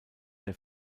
der